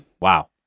Wow